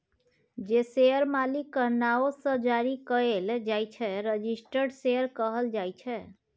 जे शेयर मालिकक नाओ सँ जारी कएल जाइ छै रजिस्टर्ड शेयर कहल जाइ छै